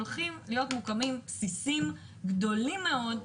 הולכים להיות מוקמים בסיסים גדולים מאוד,